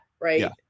Right